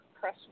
press